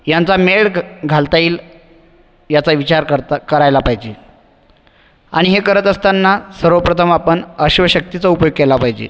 यांचा मेळ घ घालता येईल याचा विचार करता करायला पाहिजे आणि हे करत असताना सर्वप्रथम आपण अश्वशक्तीचा उपयोग केला पाहिजे